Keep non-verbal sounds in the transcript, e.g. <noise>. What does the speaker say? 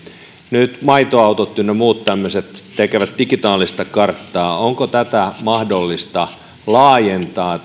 nyt maitoautot ynnä muut tämmöiset tekevät digitaalista karttaa onko tätä digitaalista seurantaa mahdollista laajentaa <unintelligible>